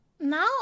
Now